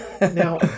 Now